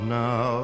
now